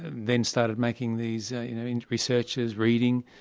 then started making these researches, reading,